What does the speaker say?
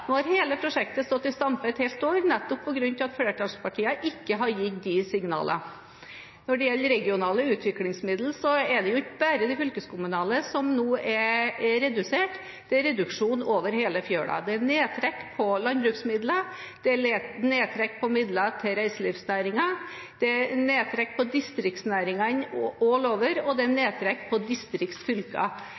Nå har hele prosjektet stått i stampe et helt år, nettopp på grunn av at flertallspartiene ikke har gitt de signalene. Når det gjelder regionale utviklingsmidler, så er det jo ikke bare de fylkeskommunale som nå er redusert; det er reduksjon over hele fjøla. Det er nedtrekk på landbruksmidler, det er nedtrekk på midler til reiselivsnæringen, det er nedtrekk på distriktsnæringene «all over», og det er nedtrekk på